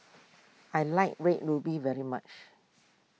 I like Red Ruby very much